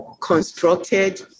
constructed